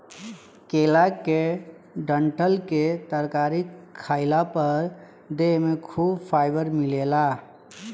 केला के डंठल के तरकारी खइला पर देह में खूब फाइबर मिलेला